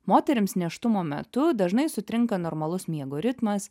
moterims nėštumo metu dažnai sutrinka normalus miego ritmas